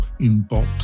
inbox